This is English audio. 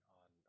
on